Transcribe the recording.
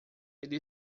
ele